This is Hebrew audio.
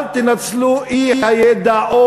אל תנצלו אי-ידע,